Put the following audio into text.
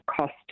cost